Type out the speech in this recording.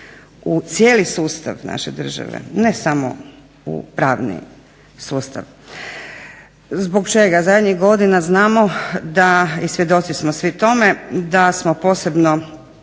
u cijeli sustav naše države, ne samo u pravni sustav. Zbog čega? Zadnjih godina znamo i svjedoci smo svi tome da smo posebno